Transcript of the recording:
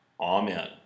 Amen